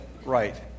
right